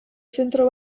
zentro